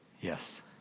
Yes